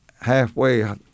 halfway